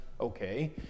okay